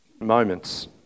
moments